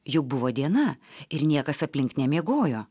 juk buvo diena ir niekas aplink nemiegojo